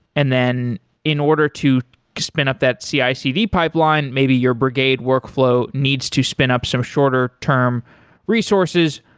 and then in order to to spin up that cicd pipeline, maybe your brigade workflow needs to spin up some shorter term resources,